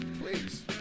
Please